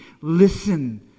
Listen